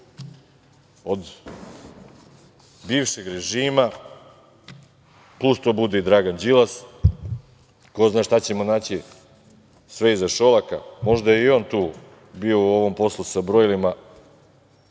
od bivšeg režima, plus tu bude i Dragan Đilas, ko zna šta ćemo naći sve i za Šolaka, možda je i on tu bio u ovom poslu sa brojilima,